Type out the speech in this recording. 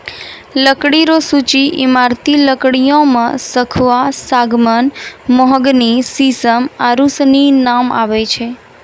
लकड़ी रो सूची ईमारती लकड़ियो मे सखूआ, सागमान, मोहगनी, सिसम आरू सनी नाम आबै छै